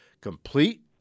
complete